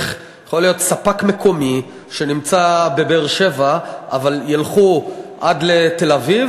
איך יכול להיות שיש ספק מקומי בבאר-שבע אבל ילכו עד תל-אביב,